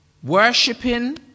Worshipping